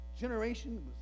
generation